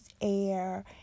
air